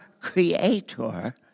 creator